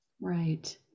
right